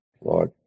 Lord